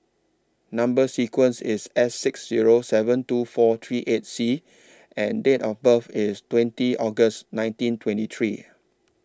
Number sequence IS S six Zero seven two four three eight C and Date of birth IS twenty August nineteen twenty three